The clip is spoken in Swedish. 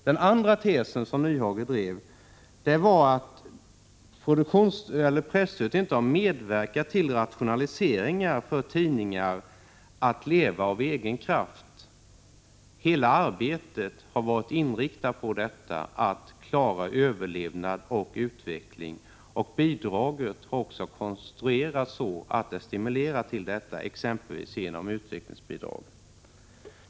Den andra tes som Hans Nyhage drev var att presstödet inte har medverkat till att tidningarna gjort rationaliseringar för att leva av egen kraft. Men hela arbetet har varit inriktat på att klara överlevnad och utveckling. Bidraget har också konstruerats så att det stimulerar till detta, exempelvis genom utvecklingsbidrag.